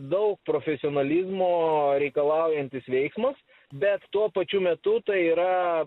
daug profesionalizmo reikalaujantis veiksmas bet tuo pačiu metu tai yra